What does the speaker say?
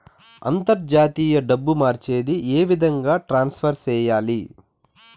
అంతర్జాతీయ డబ్బు మార్చేది? ఏ విధంగా ట్రాన్స్ఫర్ సేయాలి?